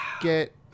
get